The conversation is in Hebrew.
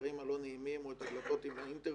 השערים הלא-נעימים או את הדלתות עם האינטרקום.